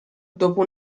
dopo